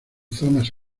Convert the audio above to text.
zonas